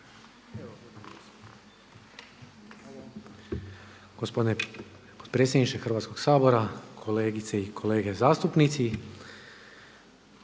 potpredsjedniče Hrvatskog sabora, kolegice i kolege. Evo pred